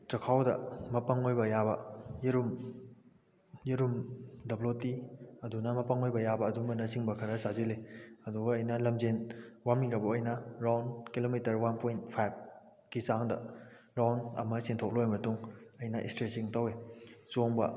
ꯆꯈꯥꯎꯗ ꯃꯄꯪ ꯑꯣꯏꯕ ꯌꯥꯕ ꯌꯦꯔꯨꯝ ꯌꯦꯔꯨꯝ ꯗꯕꯂꯣꯇꯤ ꯑꯗꯨꯅ ꯃꯄꯪ ꯑꯣꯏꯕ ꯌꯥꯕ ꯑꯗꯨꯒꯨꯝꯕꯅꯆꯤꯡꯕ ꯈꯔ ꯆꯥꯁꯤꯜꯂꯤ ꯑꯗꯨꯒ ꯑꯩꯅ ꯂꯝꯖꯦꯟ ꯋꯥꯝꯃꯤꯡ ꯑꯞ ꯑꯣꯏꯅ ꯔꯥꯎꯟ ꯀꯤꯂꯣꯃꯤꯇꯔ ꯋꯥꯟ ꯄꯣꯏꯟ ꯐꯥꯏꯕꯀꯤ ꯆꯥꯡꯗ ꯔꯥꯎꯟ ꯑꯃ ꯆꯦꯟꯊꯣꯛ ꯂꯣꯏꯔꯕ ꯃꯇꯨꯡ ꯑꯩꯅ ꯏꯁ꯭ꯇꯔꯦꯆꯤꯡ ꯇꯧꯏ ꯆꯣꯡꯕ